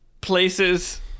places